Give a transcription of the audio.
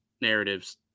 narratives